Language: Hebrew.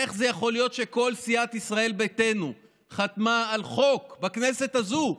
איך זה יכול להיות שכל סיעת ישראל ביתנו חתמה על חוק בכנסת הזאת,